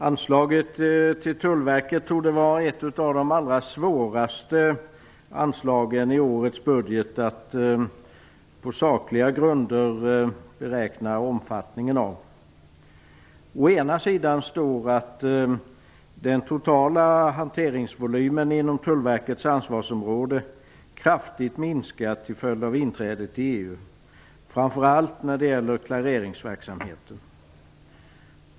Herr talman! Att på sakliga grunder beräkna omfattningen av anslaget till Tullen torde vara en av de allra svåraste uppgifterna i årets budget. Å ena sidan står det att den totala hanteringsvolymen inom Tullens ansvarsområde kraftigt minskat till följd av EU inträdet, framför allt när det gäller klareringsverksamheten.